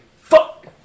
Fuck